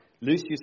Lucius